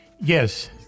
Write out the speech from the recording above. yes